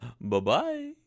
Bye-bye